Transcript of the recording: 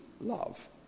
love